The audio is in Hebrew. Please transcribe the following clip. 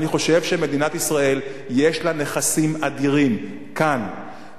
אני חושב שמדינת ישראל יש לה נכסים אדירים כאן,